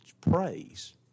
praise